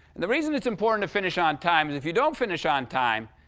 the reason it's important to finish on time is, if you don't finish on time,